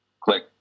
Click